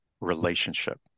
relationship